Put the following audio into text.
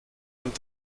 und